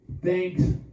thanks